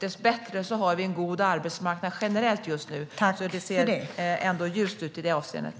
Dessbättre har vi en god arbetsmarknad generellt just nu, så det ser ändå ljust ut i det avseendet.